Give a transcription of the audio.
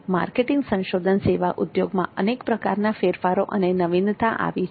marketing સંશોધન સેવા ઉદ્યોગમાં અનેક પ્રકારના ફેરફારો અને નવીનતા આવી છે